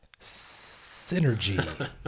Synergy